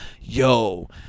yo